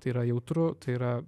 tai yra jautru tai yra